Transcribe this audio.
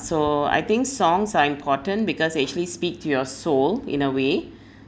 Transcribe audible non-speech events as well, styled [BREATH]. so I think songs are important because it actually speak to your soul in a way [BREATH]